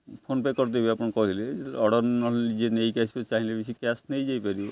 PhonePe କରିଦେବି ଆପଣ କହିଲେ ଅର୍ଡ଼ର ନହେଲେ ନିଜେ ନେଇକି ଆସିବେ ଚାହିଁଲେ ବି ସେ କ୍ୟାସ୍ ନେଇଯାଇପାରିବ